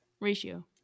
ratio